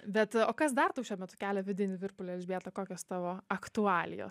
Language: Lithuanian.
bet o kas dar tau šiuo metu kelia vidinį virpulį elžbieta kokios tavo aktualijos